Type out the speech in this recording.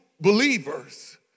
believers